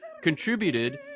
contributed